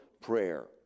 prayer